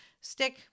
stick